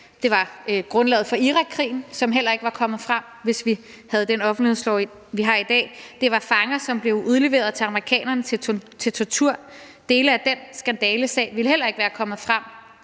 i dag. Grundlaget for Irakkrigen var heller ikke var kommet frem, hvis vi havde haft den offentlighedslov, vi har i dag. Der var fanger, som blev udleveret til amerikanerne til tortur, og dele af den skandalesag ville heller ikke være kommet frem,